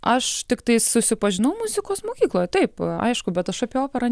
aš tiktai susipažinau muzikos mokykloje taip aišku bet aš apie operą